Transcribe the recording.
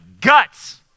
guts